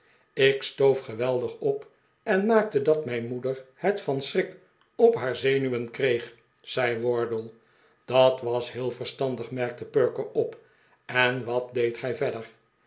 ik stoof geweldig op en maakte dat mijn moeder het van schrik op haar zenuwen kreeg zei wardle dat was heel verstandig merkte perker op en wat deedt gij verder